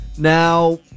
Now